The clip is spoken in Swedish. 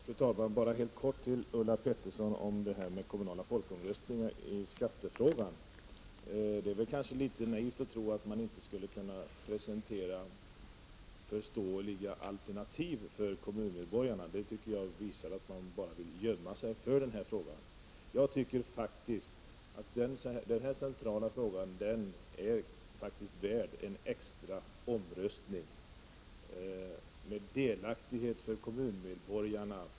Fru talman! Bara några ord till Ulla Pettersson om kommunala folkomröstningar i skattefrågan. Det är väl kanske litet naivt att tro att man inte skulle kunna presentera förståeliga alternativ för kommunmedborgarna. Denna attityd visar att man bara vill gömma sig. Jag tycker faktiskt att denna centrala fråga är värd en extra omröstning med delaktighet för kommunmedborgarna.